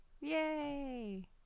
yay